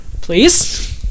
Please